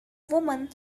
woman